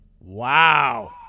Wow